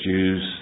Jews